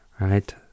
Right